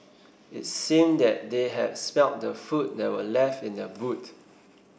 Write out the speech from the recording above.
it seemed that they had smelt the food that were left in the boot